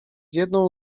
jedną